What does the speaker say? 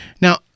now